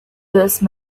those